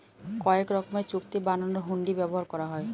কয়েক রকমের চুক্তি বানানোর হুন্ডি ব্যবহার করা হয়